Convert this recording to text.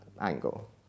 angle